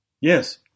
Yes